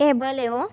એ ભલે હોં